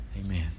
Amen